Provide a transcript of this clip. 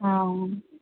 हँ